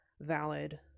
valid